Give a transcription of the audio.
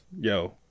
yo